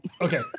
Okay